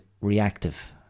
reactive